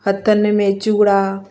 हथनि में चूड़ा